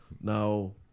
Now